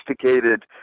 sophisticated